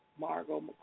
Margot